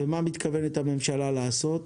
ובמה שהממשלה מתכוונת לעשות.